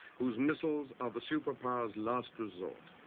whose missiles are the superpower's last resort.